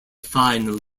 final